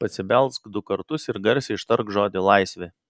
pasibelsk du kartus ir garsiai ištark žodį laisvė